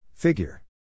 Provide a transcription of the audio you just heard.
Figure